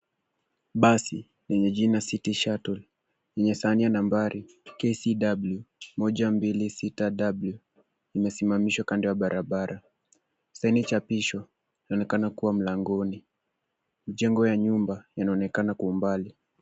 Basi yenye jina City Shuttle yenye sahani ya nambari KCW 126W , imesimamishwa kando ya barabara. Steni chapisho inaonekana kuwa mlangoni. Mjengo ya nyumba yanaonekana kwa umbali.